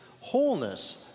wholeness